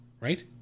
right